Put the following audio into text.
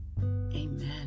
Amen